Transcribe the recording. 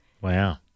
Wow